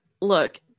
look